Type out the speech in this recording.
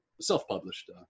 self-published